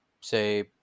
say